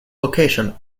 location